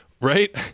right